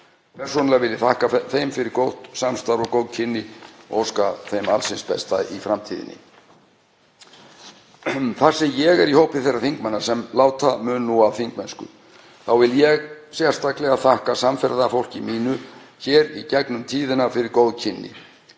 Persónulega vil ég þakka þeim fyrir gott samstarf og góð kynni og óska þeim alls hins besta í framtíðinni. Þar sem ég er í hópi þeirra þingmanna sem láta nú af þingmennsku vil ég sérstaklega þakka samferðafólki mínu hér í gegnum tíðina fyrir góð kynni